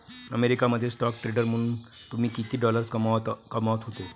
America मध्ये stock trader म्हणून तुम्ही किती डॉलर्स कमावत होते